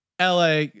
LA